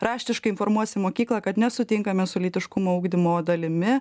raštiškai informuosim mokyklą kad nesutinkame su lytiškumo ugdymo dalimi